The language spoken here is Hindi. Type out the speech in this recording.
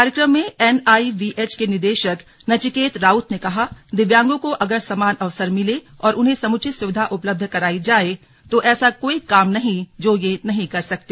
कार्यक्रम में एन आई वी एच के निदेशक नचिकेता राउत ने कहा दिव्यांगों को अगर समान अवसर मिले और उन्हें समुचित सुविधा उपलब्ध कराई जाये तो ऐसा कोई काम नहीं जो ये नहीं कर सकते